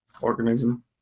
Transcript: Organism